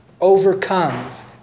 overcomes